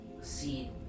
see